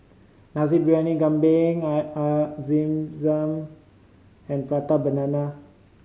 Nasi Briyani Kambing air Air Zam Zam and Prata Banana